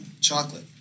chocolate